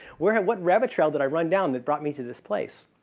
where what rabbit's hole did i ran down that brought me to this place?